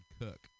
cook